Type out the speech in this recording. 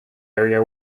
area